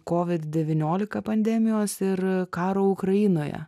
covid devyniolika pandemijos ir karo ukrainoje